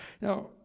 Now